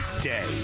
day